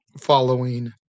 following